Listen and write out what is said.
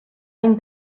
ben